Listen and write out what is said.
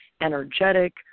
energetic